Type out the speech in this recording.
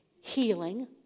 Healing